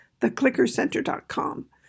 theclickercenter.com